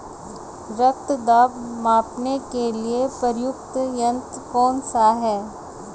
रक्त दाब मापने के लिए प्रयुक्त यंत्र कौन सा है?